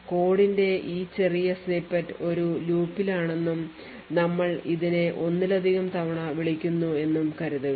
കോഡിന്റെ ഈ ചെറിയ സ്നിപ്പെറ്റ് ഒരു ലൂപ്പിലാണെന്നും നമ്മൾ ഇതിനെ ഒന്നിലധികം തവണ വിളിക്കുന്നു എന്നും കരുതുക